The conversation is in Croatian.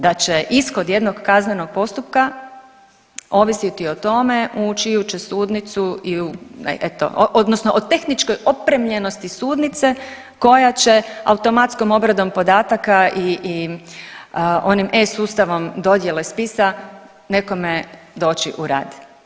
Da će ishod jednog kaznenog postupka ovisiti o tome u čiju će sudnicu i u eto, odnosno o tehničkoj opremljenosti sudnice koja će automatskom obradom podataka i onim e-sustavom dodjele spisa nekome doći u rad.